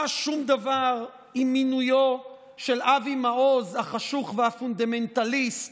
שום דבר עם מינויו של אבי מעוז החשוך והפונדמנטליסט